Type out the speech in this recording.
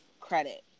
credit